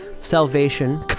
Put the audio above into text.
Salvation